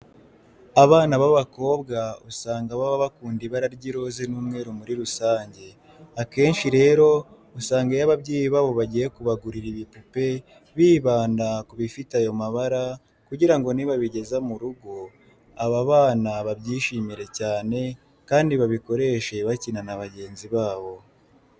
Abana b'abakobwa usanga baba bakunda ibara ry'iroze n'umweru muri rusange. Akenshi rero usanga iyo ababyeyi babo bagiye kubagurira ibipupe bibanda ku bifite ayo mabara kugira ngo nibabigeza mu rugo, aba bana babyishimire cyane kandi babikoreshe bakina na bagenzi babo.